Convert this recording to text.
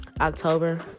October